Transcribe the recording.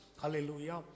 Hallelujah